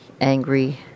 angry